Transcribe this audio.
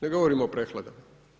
Ne govorimo o prehladama.